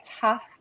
tough